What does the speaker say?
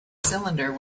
cylinder